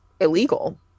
illegal